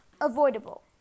avoidable